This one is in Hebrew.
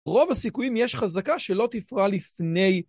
רוב הסיכויים יש חזקה שלא תפרע לפני.